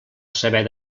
saber